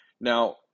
Now